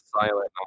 silent